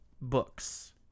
books